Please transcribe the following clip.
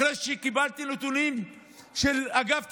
אחרי שקיבלתי נתונים של אגף תקציבים.